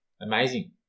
Amazing